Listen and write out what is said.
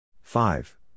Five